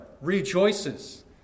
rejoices